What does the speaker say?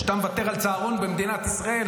כשאתה מוותר על צהרון במדינת ישראל,